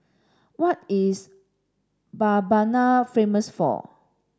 what is Mbabana famous for